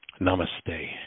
Namaste